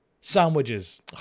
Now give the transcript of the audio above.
Sandwiches